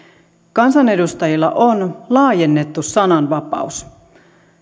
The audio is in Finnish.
kansanedustajilla on laajennettu sananvapaus